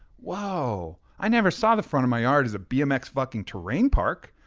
whoa, i never saw the front of my yard as a bmx fucking terrain park.